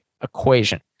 equation